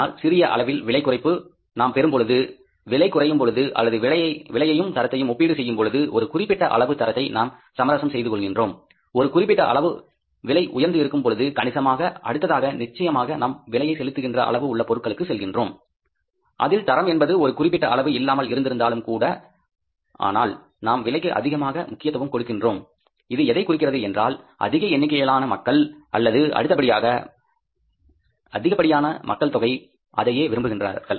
ஆனால் சிறிய அளவில் விலை குறைப்பு நாம் பெரும் பொழுது விலை குறையும் பொழுது அல்லது விலையையும் தரத்தையும் ஒப்பீடு செய்யும் பொழுது ஒரு குறிப்பிட்ட அளவு தரத்தை நாம் சமரசம் செய்து கொள்கின்றோம் ஒரு குறிப்பிட்ட அளவு விலை உயர்ந்து இருக்கும் பொழுது கணிசமாக அடுத்ததாக நிச்சயமாக நாம் விலையை செலுத்துகின்ற அளவு உள்ள பொருட்களுக்கு செல்கின்றோம் அதில் தரம் என்பது ஒரு குறிப்பிட்ட அளவு இல்லாமல் இருந்திருந்தாலும் கூட ஆனால் நாம் விலைக்கு அதிகமான முக்கியத்துவம் கொடுக்கின்றோம் இது எதைக் குறிக்கிறது என்றால் அதிக எண்ணிக்கையிலான மக்கள் அல்லது அதிகப்படியான மக்கள்தொகை அதையே விரும்புகின்றார்கள்